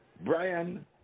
Brian